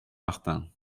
martin